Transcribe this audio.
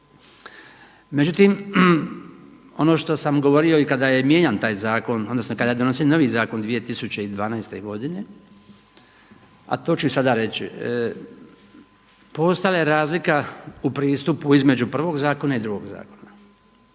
Međutim, ono što sam govorio i kada je mijenjan taj zakon odnosno kada je donesen novi zakon 2012. godine, a to ću i sada reći. Postojala je razlika u pristupu između prvog zakona i drugog zakona.